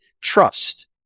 trust